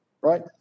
right